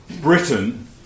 Britain